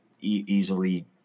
easily